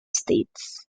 states